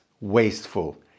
wasteful